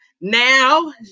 now